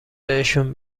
بهشون